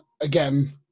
again